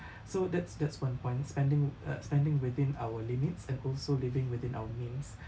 so that's that's one point spending uh spending within our limits and also living within our means